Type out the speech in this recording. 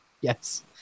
Yes